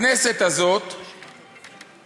הכנסת הזאת ביטלה,